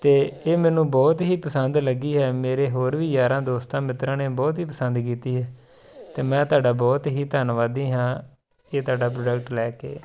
ਅਤੇ ਇਹ ਮੈਨੂੰ ਬਹੁਤ ਹੀ ਪਸੰਦ ਲੱਗੀ ਹੈ ਮੇਰੇ ਹੋਰ ਵੀ ਯਾਰਾਂ ਦੋਸਤਾਂ ਮਿੱਤਰਾਂ ਨੇ ਬਹੁਤ ਹੀ ਪਸੰਦ ਕੀਤੀ ਹੈ ਤੇ ਮੈਂ ਤੁਹਾਡਾ ਬਹੁਤ ਹੀ ਧੰਨਵਾਦੀ ਹਾਂ ਇਹ ਤੁਹਾਡਾ ਪ੍ਰੋਡਕਟ ਲੈ ਕੇ